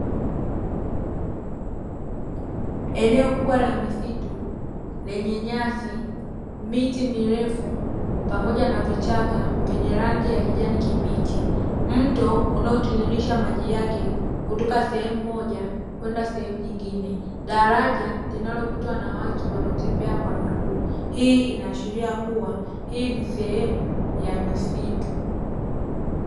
Eneo kubwa la misitu lenye nyasi, miti mirefu, pamoja na vichaka vyenye rangi ya kijani kibichi. Mto unaotiririsha maji yake kutoka sehemu moja kwenda sehemu nyingine, daraja linalopitwa na watu wanaotembea kwa miguu. Hii inaashiria kuwa hii ni sehemu ya misitu.